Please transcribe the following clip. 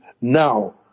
now